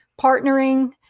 partnering